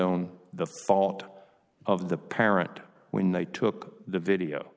on the fault of the parent when they took the video